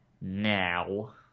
now